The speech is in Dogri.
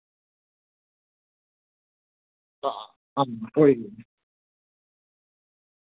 हां हां कोई नी